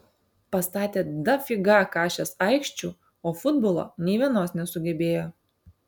pastatė dafiga kašės aikščių o futbolo nei vienos nesugebėjo